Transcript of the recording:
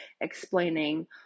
explaining